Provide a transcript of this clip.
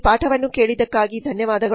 ಈ ಪಾಠವನ್ನು ಕೇಳಿದ್ದಕ್ಕಾಗಿ ಧನ್ಯವಾದಗಳು